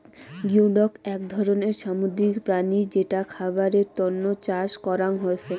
geoduck আক ধরণের সামুদ্রিক প্রাণী যেটা খাবারের তন্ন চাষ করং হসে